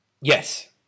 Yes